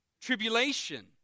Tribulation